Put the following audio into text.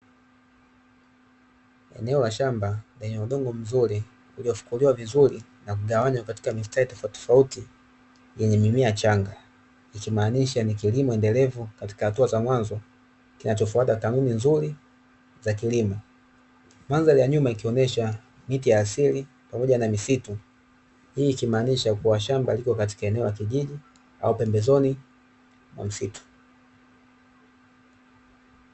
Eneo la shamba lenye udongo mzuri uliofukuliwa vizuri na kugawanywa katika mistari tofautitofauti yenye mimea changa, ikimaanisha ni kilimo endelevu katika hatua za mwanzo kinachofuata kanuni nzuri za kilimo. Mandhari ya nyuma ikionesha miti ya asili pamoja na misitu, hii ikimaanisha kuwa shamba liko katika eneo la kijiji au pembezoni mwa msitu.